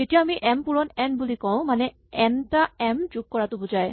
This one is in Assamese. যেতিয়া আমি এম পূৰণ এন বুলি কওঁ তাৰমানে এন টা এম যোগ কৰাটো বুজায়